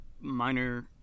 minor